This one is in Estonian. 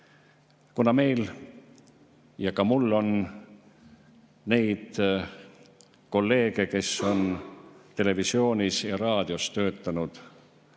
Kuna meil ja ka mul on neid kolleege, kes on eri aastatel televisioonis ja raadios töötanud,